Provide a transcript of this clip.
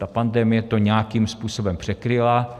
Ta pandemie to nějakým způsobem překryla.